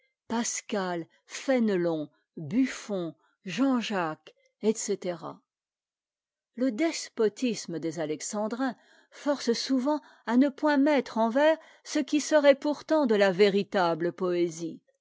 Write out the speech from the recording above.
pascal fénélon buffon jean-jacques etc le despotisme des alexandrins force souvent à ne point mettre en vers ce qui serait pourtant de la véritable poésie